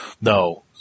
no